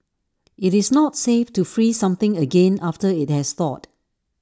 IT is not safe to freeze something again after IT has thawed